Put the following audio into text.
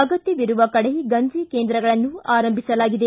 ಅಗತ್ತವಿರುವ ಕಡೆ ಗಂಜಿ ಕೇಂದ್ರಗಳನ್ನು ಆರಂಭಿಸಲಾಗಿದೆ